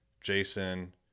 Jason